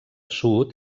sud